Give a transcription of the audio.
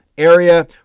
area